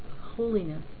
holiness